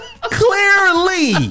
Clearly